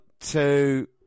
two